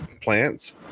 plants